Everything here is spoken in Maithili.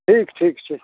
ठीक ठीक छै